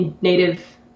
Native